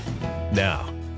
Now